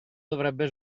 dovrebbe